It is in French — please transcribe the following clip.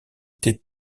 étaient